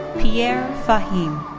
pierre fahim.